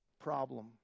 problem